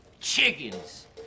chickens